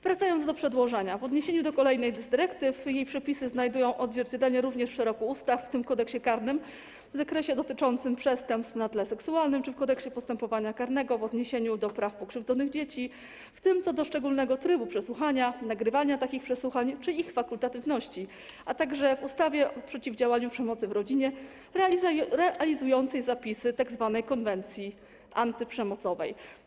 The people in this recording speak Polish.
Wracając do przedłożenia, chcę powiedzieć, że w odniesieniu do kolejnej z dyrektyw jej przepisy również znajdują odzwierciedlenie w szeregu ustaw, w tym w Kodeksie karnym w zakresie dotyczącym przestępstw na tle seksualnym czy w Kodeksie postępowania karnego w odniesieniu do praw pokrzywdzonych dzieci, w tym co do szczególnego trybu przesłuchania, nagrywania takich przesłuchań czy ich fakultatywności, a także w ustawie o przeciwdziałaniu przemocy w rodzinie, realizującej zapisy tzw. konwencji antyprzemocowej.